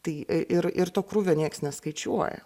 tai ir ir to krūvio nieks neskaičiuoja